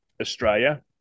Australia